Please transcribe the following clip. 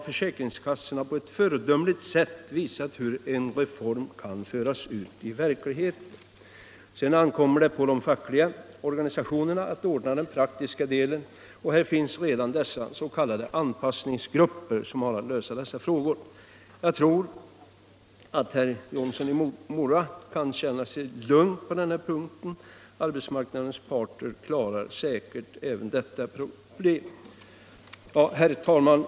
Försäkringskassorna har här på ett föredömligt sätt visat hur en reform kan föras ut i verkligheten. Sedan ankommer det på de fackliga organisationerna att ordna den praktiska delen, och här finns redan de s.k. anpassningsgrupperna som har att lösa dessa frågor. Jag tror att herr Jonsson i Mora kan känna sig lugn på den punkten. Arbetsmarknadens parter klarar säkert också detta problem. Herr talman!